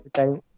time